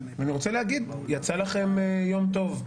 יצא לכם יום טוב,